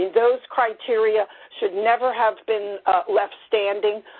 those criteria should never have been left standing.